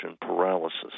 paralysis